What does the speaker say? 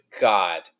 God